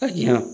ଆଜ୍ଞା